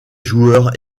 joueur